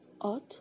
Odd